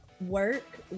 Work